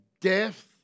death